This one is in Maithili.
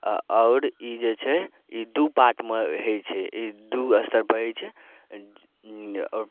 अ आओर ई जे छै ई दू पार्टमे होइ छै ई दू स्तरपर होइ छै आओर